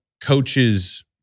coaches